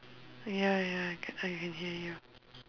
ya ya I ca~ I can hear you